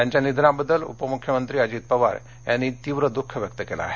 त्यांच्या निधनाबद्दल उपमुख्यमंत्री अजित पवार यांनी तीव्र दुख व्यक्त केलं आहे